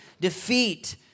defeat